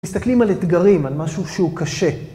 מסתכלים על אתגרים, על משהו שהוא קשה.